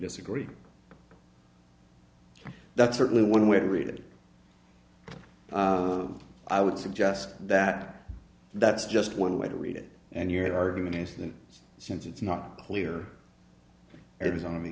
disagree that's certainly one way to read it i would suggest that that's just one way to read it and your argument is that since it's not clear